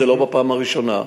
זאת לא פעם ראשונה.